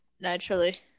naturally